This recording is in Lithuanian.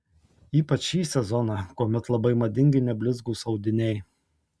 ypač šį sezoną kuomet labai madingi neblizgūs audiniai